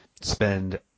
spend